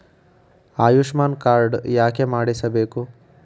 Ayushman card ಯಾಕೆ ಮಾಡಿಸಬೇಕು?